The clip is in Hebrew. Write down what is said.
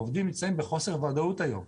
העובדים נמצאים בחוסר וודאות היום,